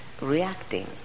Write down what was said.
reacting